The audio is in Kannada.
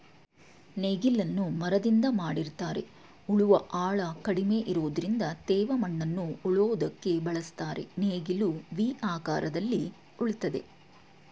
ನೇಗಿಲನ್ನು ಮರದಿಂದ ಮಾಡಿರ್ತರೆ ಉಳುವ ಆಳ ಕಡಿಮೆ ಇರೋದ್ರಿಂದ ತೇವ ಮಣ್ಣನ್ನು ಉಳೋದಕ್ಕೆ ಬಳುಸ್ತರೆ ನೇಗಿಲು ವಿ ಆಕಾರದಲ್ಲಿ ಉಳ್ತದೆ